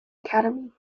academy